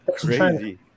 crazy